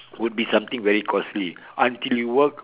would be something very costly until you work